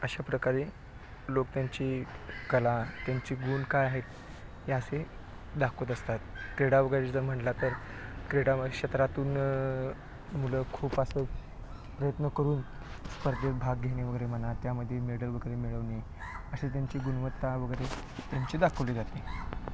अशा प्रकारे लोक त्यांची कला त्यांची गुण काय आहेत हे असे दाखवत असतात क्रीडा वगैरे जर म्हणला तर क्रीडा क्षेत्रातून मुलं खूप असं प्रयत्न करून स्पर्धेत भाग घेणे वगैरे म्हणा त्यामध्ये मेडल वगैरे मिळवणे अशी त्यांची गुणवत्ता वगैरे त्यांची दाखवली जाते